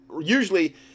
usually